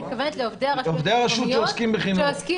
את מתכוונת לעובדי הרשויות המקומיות שעוסקים בחינוך.